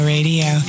Radio